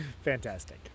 Fantastic